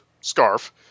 scarf